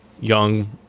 young